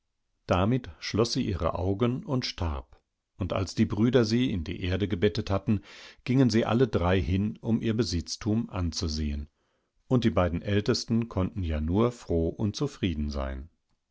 damit schloß sie ihre augen und starb und als die brüder sie in die erde gebettethatten gingensiealledreihin umihrbesitztumanzusehen unddie beidenältestenkonntenjanurfrohundzufriedensein der dritte ging in seine wildnis hinauf und er sah daß die mutter wahr geredet hatte und daß sein